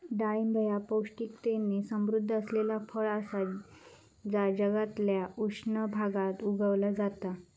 डाळिंब ह्या पौष्टिकतेन समृध्द असलेला फळ असा जा जगातल्या उष्ण भागात उगवला जाता